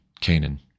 Canaan